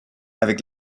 avec